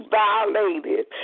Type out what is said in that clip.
violated